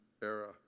era